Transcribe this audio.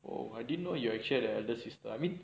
!wow! I didn't know you are actually had an eldest sister I mean